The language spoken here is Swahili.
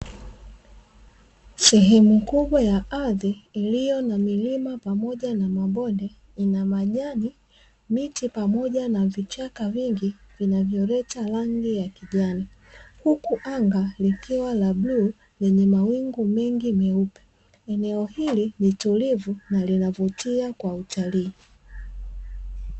Sehemu kubwa ya ardhi, iliyo na milima pamoja na mabonde, ina majani, miti pamoja na vichaka vingi vinavyoleta rangi ya kijani, huku anga likiwa la bluu lenye mawingu mengi meupe. Eneo hili ni tulivu na linavutia kwa utalii.